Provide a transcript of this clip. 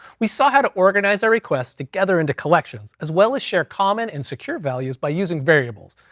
we saw how to organize our requests together into collections as well as share common, and secure values by using variables.